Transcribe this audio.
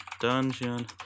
Dungeon